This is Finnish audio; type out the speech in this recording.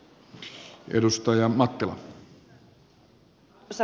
arvoisa puhemies